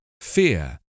fear